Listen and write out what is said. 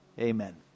Amen